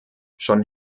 schon